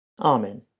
Amen